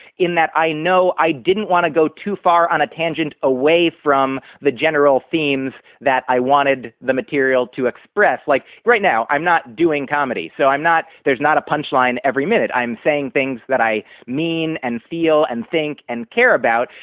in that i know i didn't want to go too far on a tangent away from the general themes that i wanted the material to express. like right now i'm not doing comedy, so i'm not there's not a punch line every. i'm saying things that i mean and feel and think and care about.